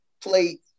play